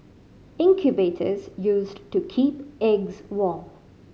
incubators used to keep eggs warm